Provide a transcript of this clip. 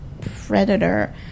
predator